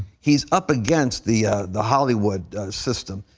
he is up against the the hollywood system.